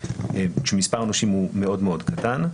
כשמספר הנושים מאוד מאוד קטן,